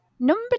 Number